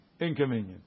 inconvenient